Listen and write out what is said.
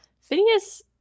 Phineas